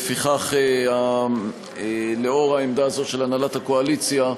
ולפיכך, לאור העמדה הזאת של הנהלת הקואליציה,